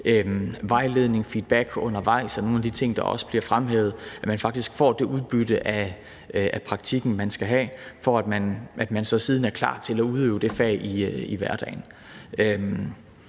Vejledning og feedback undervejs er nogle af de ting, der også bliver fremhævet, altså at man faktisk får det udbytte af praktikken, man skal have, for at man så siden er klar til at udøve det fag i hverdagen.